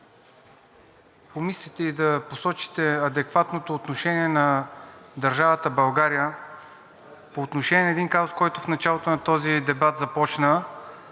помислите и да посочите адекватното отношение на държавата България по отношение на един казус, който в началото на този дебат започна,